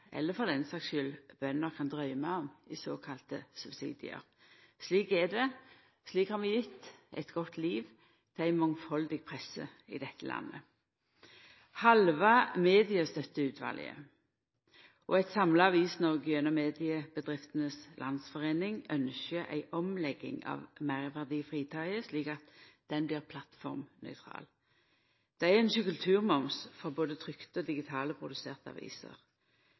eller for den saka si skuld, bønder – kan drøyma om når det gjeld såkalla subsidiar. Slik er det, slik har vi gjeve eit godt liv til ei mangfaldig presse i dette landet. Halve Mediestøtteutvalget og eit samla Avis-Noreg, gjennom Mediebedriftenes Landsforening, ynskjer ei omlegging av meirverdifritaket, slik at det blir plattformnøytralt. Dei ynskjer kulturmoms for både trykte og digitalt produserte aviser.